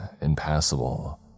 impassable